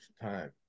time